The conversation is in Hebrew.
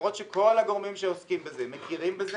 למרות שכל הגורמים שעוסקים בזה מכירים בזה,